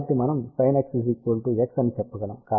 కాబట్టి మనం sin x x అని చెప్పగలం